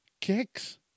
Kicks